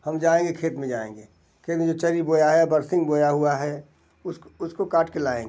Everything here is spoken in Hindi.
हम जाएंगे खेत में जाएंगे खेत में जो चरी बोया है बरसिंग बोया हुआ है उसको उसको काट के लाएंगे